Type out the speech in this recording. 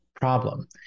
problem